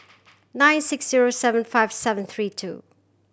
nine six zero seven five seven three two